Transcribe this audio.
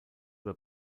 were